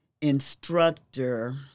instructor